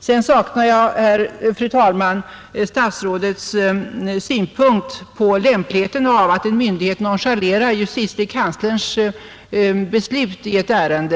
Vidare saknar jag, fru talman, statsrådets synpunkt på lämpligheten av att en myndighet nonchalerar justitiekanslerns beslut i ett ärende.